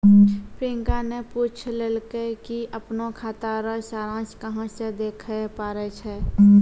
प्रियंका ने पूछलकै कि अपनो खाता रो सारांश कहां से देखै पारै छै